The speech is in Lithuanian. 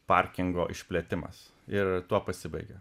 parkingo išplėtimas ir tuo pasibaigia